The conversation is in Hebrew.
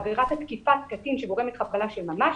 בעבירת תקיפת קטין שגורמת חבלה של ממש,